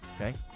Okay